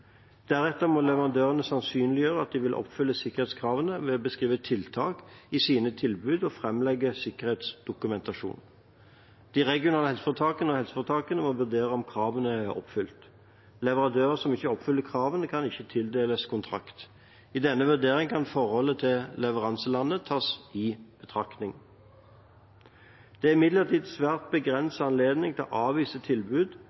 Deretter må leverandørene sannsynliggjøre at de vil oppfylle sikkerhetskravene ved å beskrive tiltak i sine tilbud og framlegge sikkerhetsdokumentasjon. De regionale helseforetakene og helseforetakene må vurdere om kravene er oppfylt. Leverandører som ikke oppfyller kravene, kan ikke tildeles kontrakt. I denne vurderingen kan forholdene til leveranselandet tas i betraktning. Det er imidlertid svært